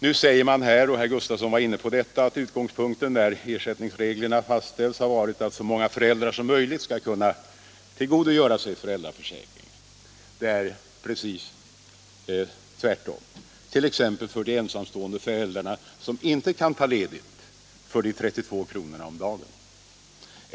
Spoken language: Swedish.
Nu säger man här, vilket herr Gustavsson var inne på, att utgångspunkten när ersättningsreglerna fastställdes var att så många föräldrar som möjligt skall kunna tillgodogöra sig föräldraförsäkringen. Men det är precis tvärtom, t.ex. för de ensamstående föräldrar som inte kan ta ledigt för de 32 kronorna om dagen.